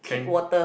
can